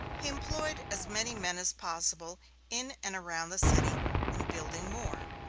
he employed as many men as possible in and around the city in building more.